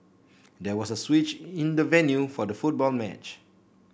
there was a switch in the venue for the football match